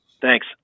thanks